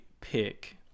pick